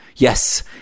Yes